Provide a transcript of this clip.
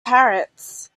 parrots